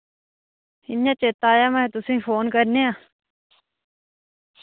इ'यां चेत्ता आया महां तुसेंगी फोन करने आं